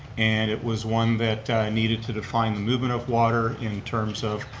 and it was one that needed to define the movement of water in terms of